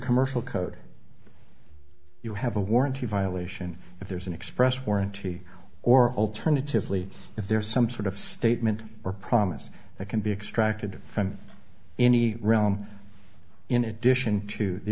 commercial code you have a warranty violation if there's an express warranty or alternatively if there is some sort of statement or promise that can be extracted from any realm in addition to the